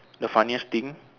the funniest thing